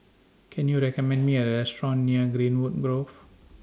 Can YOU recommend Me A Restaurant near Greenwood Grove